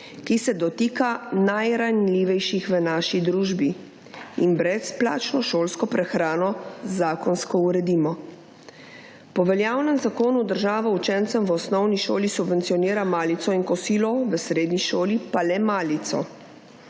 ki se dotika najranljivejših v naši družbi in brezplačno šolsko prehrano zakonsko uredimo. Po veljavnem zakonu država učencem v osnovni šoli subvencionira malico in kosilo, v srednji šoli le malico.